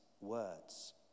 Words